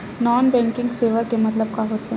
Non banking सेवा के मतलब का होथे?